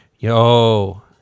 Yo